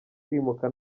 kwimuka